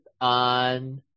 on